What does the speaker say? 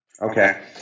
Okay